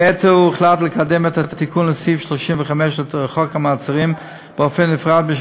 כעת הוחלט לקדם את התיקון לסעיף 35 לחוק המעצרים בנפרד,